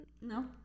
No